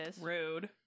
Rude